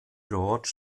george